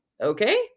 okay